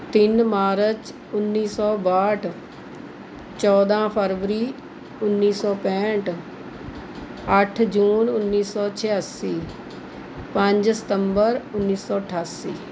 ਤਿੰਨ ਮਾਰਚ ਉੱਨੀ ਸੋ ਬਾਹਠ ਚੌਦਾਂ ਫਰਵਰੀ ਉੱਨੀ ਸੌ ਪੈਂਹਠ ਅੱਠ ਜੂਨ ਉੱਨੀ ਸੌ ਛਿਆਸੀ ਪੰਜ ਸਤੰਬਰ ਉੱਨੀ ਸੌ ਅਠਾਸੀ